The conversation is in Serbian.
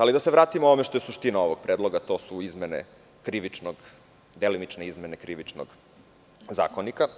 Ali, da se vratimo, ono što je suština ovog predloga, to su izmene krivičnog, delimične izmene Krivičnog zakonika.